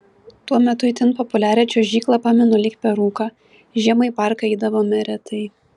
tuo metu itin populiarią čiuožyklą pamenu lyg per rūką žiemą į parką eidavome retai